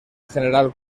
general